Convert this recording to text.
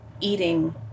eating